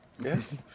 yes